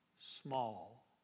small